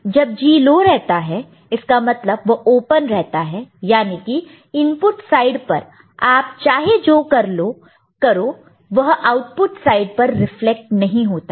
जब G low रहता है इसका मतलब वह ओपन रहता है यानी कि इनपुट साइड पर आप चाहे जो करो वह आउटपुट साइड पर रिफ्लेक्ट नहीं होता है